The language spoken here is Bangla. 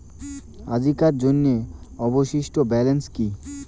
আজিকার জন্য অবশিষ্ট ব্যালেন্স কি?